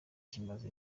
kimaze